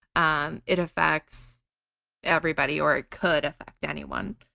um it affects everybody or it could affect anyone.